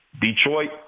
Detroit –